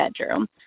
bedroom